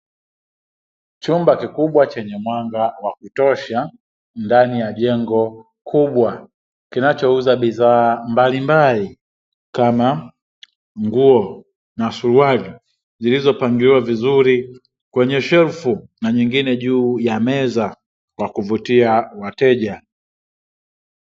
Chumba kikubwa chenye mwanga wa kutosha ndani ya jengo kubwa, kinachouza bidhaa mbalimbali kama nguo na suruali zilizopangiliwa vizuri kwenye shelfu na nyingine juu ya meza kwa kuvutia wateja.